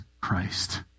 Christ